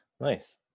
Nice